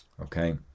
Okay